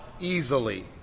Easily